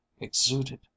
exuded